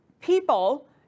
People